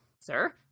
sir